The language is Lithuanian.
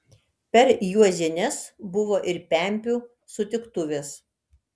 per juozines buvo ir pempių sutiktuvės